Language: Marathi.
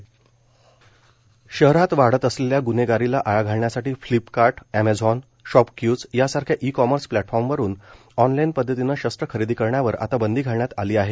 ऑनलाईन शस्त्र खरेदी शहरात वाढत असलेल्या ग़न्हेगारीला आळा घालण्यासाठी फ्लिपकार्ट अॅमेझॉन शॉपक्यूज यासारख्या ई कॉमर्स प्लॅटफॉर्मवरुन ऑनलाईन पध्दतीनं शस्त्र खरेदी करण्यावर आता बंदी घालण्यात आली आहे